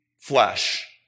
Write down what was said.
flesh